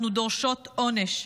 אנחנו דורשות עונש.